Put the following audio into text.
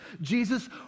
Jesus